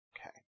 Okay